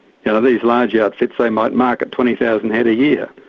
now these large outfits, they might market twenty thousand head a year.